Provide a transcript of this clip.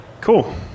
Cool